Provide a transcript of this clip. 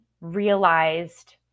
realized –